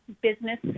business